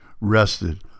rested